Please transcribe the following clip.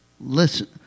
listen